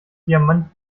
diamant